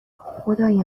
خدای